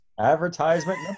Advertisement